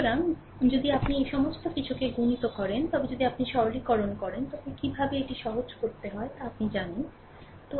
সুতরাং যদি আপনি এই সমস্ত কিছুকে গুণিত করেন তবে যদি আপনি সরলীকরণ করেন তবে কীভাবে এটি সহজ করতে হয় তা আপনি জানেন